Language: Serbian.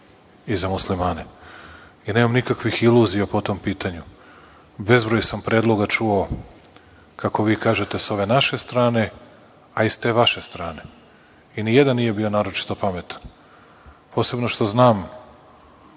i za Muslimane. Ja nemam nikakvih iluzija po tom pitanju. Bezbroj sam predloga čuo kako vi kažete sa ove naše strane, a i sa te vaše strane. Nijedan nije bio naročito pametan, posebno što znam